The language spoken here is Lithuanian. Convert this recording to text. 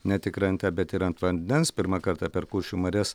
ne tik krante bet ir ant vandens pirmą kartą per kuršių marias